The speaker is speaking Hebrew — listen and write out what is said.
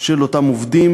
של אותם עובדים.